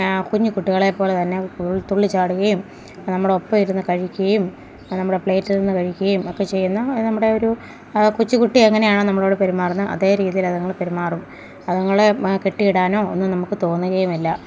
കുഞ്ഞി കുട്ടികളെ പോലെ തന്നെ തുള്ളിച്ചാടുകയും നമ്മുടെ ഒപ്പം ഇരുന്ന് കഴിക്കുകയും നമ്മുടെ പ്ലേറ്റിൽ നിന്ന് കഴിക്കുകയും ഒക്കെ ചെയ്യുന്ന നമ്മുടെ ഒരു കൊച്ചു കുട്ടി എങ്ങനെയാണോ നമ്മളോട് പെരുമാറുന്നത് അതേ രീതിയിൽ അതുങ്ങൾ പെരുമാറും അതുങ്ങളെ കെട്ടിയിടാനോ ഒന്നും നമുക്ക് തോന്നുകയും ഇല്ല